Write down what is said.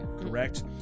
Correct